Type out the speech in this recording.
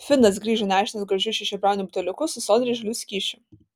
finas grįžo nešinas gražiu šešiabriauniu buteliuku su sodriai žaliu skysčiu